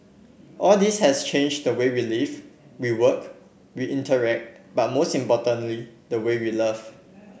all this has changed the way we live we work we interact but most importantly the way we love